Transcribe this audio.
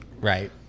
Right